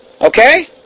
Okay